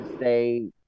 say